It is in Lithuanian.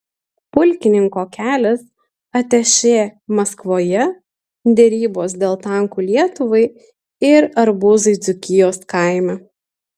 pulkininko kelias atašė maskvoje derybos dėl tankų lietuvai ir arbūzai dzūkijos kaime